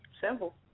Simple